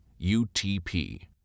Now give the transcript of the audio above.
UTP